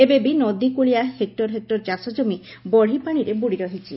ଏବେ ବି ନଦୀକୁଳିଆ ହେକୁର ହେକୁର ଚାଷଜମି ବଢିପାଣିରେ ବୁଡି ରହିଛି